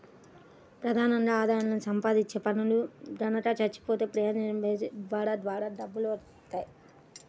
ప్రధానంగా ఆదాయాన్ని సంపాదించే మనిషి గనక చచ్చిపోతే పీయంజేజేబీవై ద్వారా డబ్బులొత్తాయి